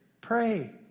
Pray